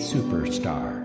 Superstar